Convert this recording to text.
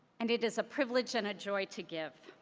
and it is a privilege and a joy to give.